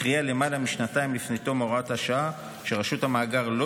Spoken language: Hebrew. התריע למעלה משנתיים לפני תום הוראת השעה שרשות המאגר לא